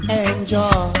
enjoy